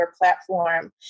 platform